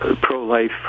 pro-life